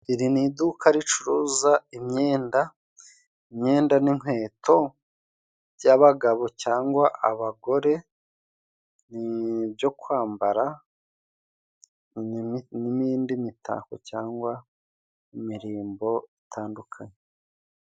Iri ni iduka ricuruza imyenda, imyenda n'inkweto by'abagabo cyangwa abagore byo kwambara, n'imindi mitako cyangwa imirimbo itandukanye.